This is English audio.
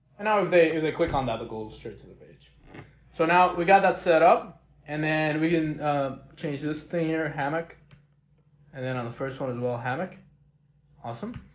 and now a baby they click on the other gold shares sort of the page so now we got that set up and then we didn't change this thinner hammock and then on the first one is well hammock awesome,